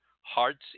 heart's